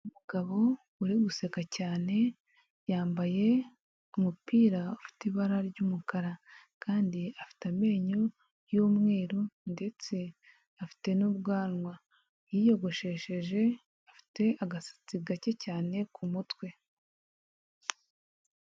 Umugabo uri guseka cyane yambaye umupira ufite ibara ry'umukara kandi afite amenyo yumweru ndetse afite n'ubwanwa, yiyogoshesheje afite agasatsi gake cyane ku mutwe.